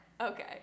Okay